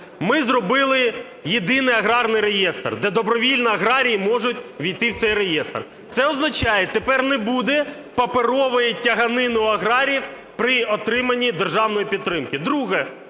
Ми зробили єдиний аграрний реєстр, де добровільно аграрії можуть ввійти в цей реєстр. Це означає, тепер не буде паперової тяганини у аграріїв при отримання державної підтримки.